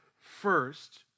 first